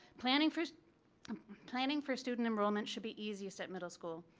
planning for planning for student enrollment should be easiest at middle school.